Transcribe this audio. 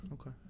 Okay